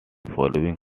following